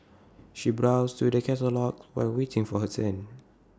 she browsed through the catalogues while waiting for her turn